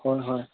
হয় হয়